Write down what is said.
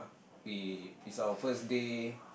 we it's our first day